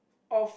of